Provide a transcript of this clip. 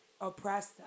oppressed